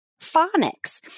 phonics